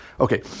Okay